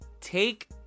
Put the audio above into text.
take